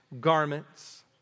garments